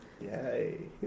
Yay